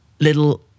Little